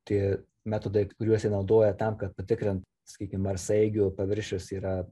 tie metodai kuriuos jie naudoja tam kad patikrint sakykim marsaeigių paviršius yra